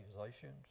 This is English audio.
accusations